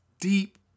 deep